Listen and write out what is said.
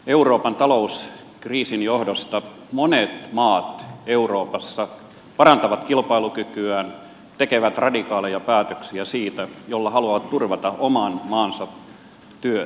euroopan talouskriisin johdosta monet maat euroopassa parantavat kilpailukykyään tekevät radikaaleja päätöksiä joilla haluavat turvata oman maansa työtä